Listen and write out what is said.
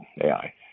AI